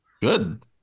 Good